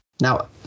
Now